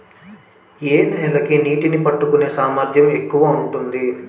ఏ నేల కి నీటినీ పట్టుకునే సామర్థ్యం ఎక్కువ ఉంటుంది?